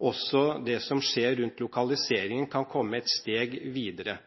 også det som skjer rundt lokaliseringen, kan komme et steg videre?